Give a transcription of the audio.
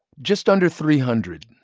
just under three hundred.